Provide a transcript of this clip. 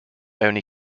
only